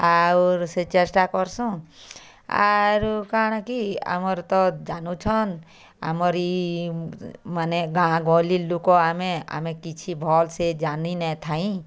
ଆଉର୍ ସେ ଚେଷ୍ଟା କରସୁଁ ଆରୁ କାଁଣା କି ଆମର୍ ତ ଜାନୁଛନ୍ ଆମରି ମାନେ ଗାଁ ଗହଲି ଲୁକ ଆମେ ଆମେ କିଛି ଭଲ୍ ସେ ଜାନି ନାଇଁ ଥାଇଁ